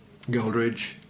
Goldridge